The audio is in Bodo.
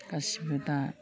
गासिबो दा